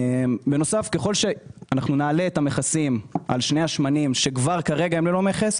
אם נעלה את המכסים על שני השמנים שכבר כרגע הם ללא מכס,